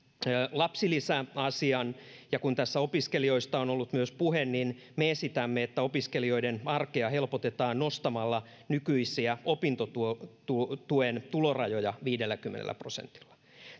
lapsilisäasian ja kun tässä opiskelijoista on ollut puhe niin me esitämme että opiskelijoiden arkea helpotetaan nostamalla nykyisiä opintotuen tulorajoja viidelläkymmenellä prosentilla